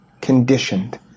conditioned